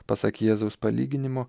pasak jėzaus palyginimo